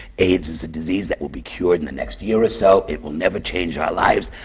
aids is a disease that will be cured in the next year or so. it will never change our lives.